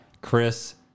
Chris